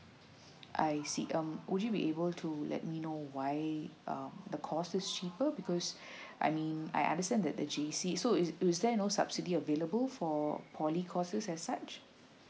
I see um would you be able to let me know why uh the courses cheaper because I mean I understand that the G_C so is is was there no subsidy available for poly courses as such